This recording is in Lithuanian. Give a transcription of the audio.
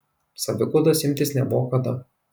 saviguodos imtis nebuvo kada